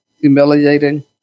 humiliating